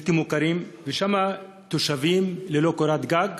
בלתי מוכרים, ויש שם תושבים ללא קורת גג,